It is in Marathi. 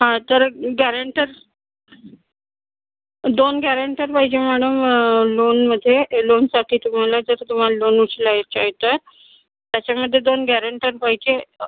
हां तर गॅरेंटर दोन गॅरेंटर पाहिजे मॅडम लोन जे लोनसाठी तुम्हाला जर तुम्हाला लोन उचलायचं आहे तर त्याच्यामध्ये दोन गॅरेंटर पाहिजे